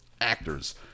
actors